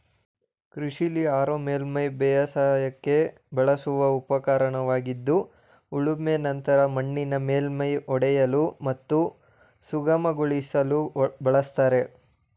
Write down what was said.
ಕೃಷಿಲಿ ಹಾರೋ ಮೇಲ್ಮೈ ಬೇಸಾಯಕ್ಕೆ ಬಳಸುವ ಉಪಕರಣವಾಗಿದ್ದು ಉಳುಮೆ ನಂತರ ಮಣ್ಣಿನ ಮೇಲ್ಮೈ ಒಡೆಯಲು ಮತ್ತು ಸುಗಮಗೊಳಿಸಲು ಬಳಸ್ತಾರೆ